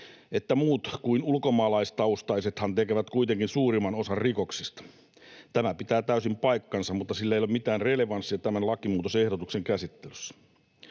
että ”muut kuin ulkomaalaistaustaisethan tekevät kuitenkin suurimman osan rikoksista”. Tämä pitää täysin paikkansa, mutta sillä ei ole mitään relevanssia tämän lakimuutosehdotuksen käsittelyssä.